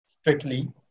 strictly